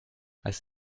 als